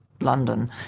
London